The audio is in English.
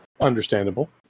Understandable